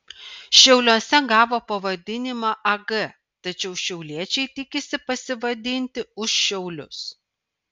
šiauliuose gavo pavadinimą ag tačiau šiauliečiai tikisi pasivadinti už šiaulius